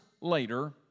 later